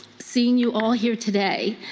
seeing you all here today,